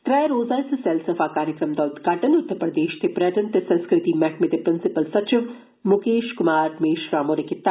त्रै रोजा इस सैलसफा कारक्रम दा उदघाटन उत्तर प्रदेश दे पर्यटन ते संसकृति मैहकमें दे प्रिसिपल सचिव मुकेश कुमार मेशराम होरें कीता